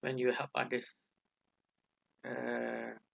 when you help others uh